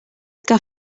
que